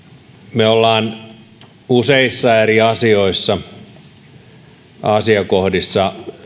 me olemme useissa eri asiakohdissa